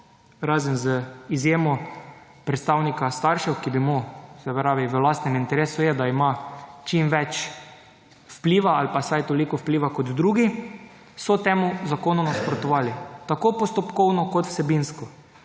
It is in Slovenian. razen z izjemo predstavnika staršev, ki vemo, se pravi v lastnem interesu je, da ima čim več vpliva ali pa vsaj toliko vpliva kot drugi, so temu zakonu nasprotovali, tako postopkovno kot vsebinsko,